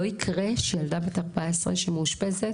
לא יקרה שילדה בת 14 שמאושפזת,